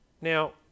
now